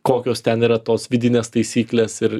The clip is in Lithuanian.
kokios ten yra tos vidinės taisyklės ir